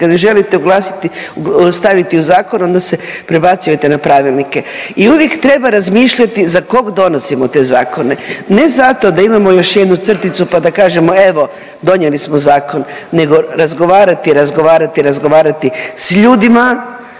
oglasiti, staviti u zakon onda se prebacujete na pravilnike. I uvijek treba razmišljati za kog donosimo te zakone. Ne zato da imamo još jednu crticu pa da kažemo evo donijeli smo zakon, nego razgovarati, razgovarati, razgovarati s ljudima